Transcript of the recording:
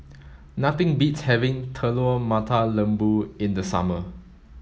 nothing beats having Telur Mata Lembu in the summer